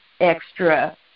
extra